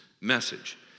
message